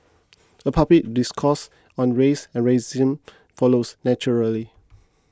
a public discourse on race and racism follows naturally